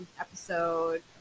episode